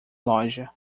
loja